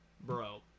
bro